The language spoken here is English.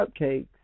cupcakes